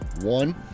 one